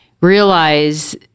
realize